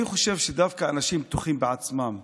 אני חושב שדווקא אנשים בטוחים בעצמם,